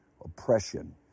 Oppression